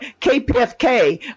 KPFK